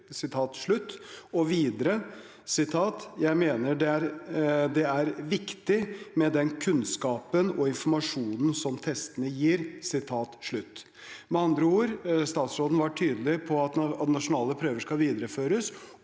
Og videre: «Jeg mener det er viktig med den kunnskapen og informasjonen som testene gir.» Med andre ord var statsråden tydelig på at nasjonale prøver skal videreføres,